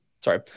Sorry